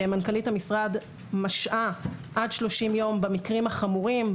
שמנכ"לית המשרד משעה עד 30 יום במקרים החמורים,